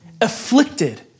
Afflicted